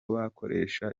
bakoresha